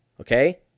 okay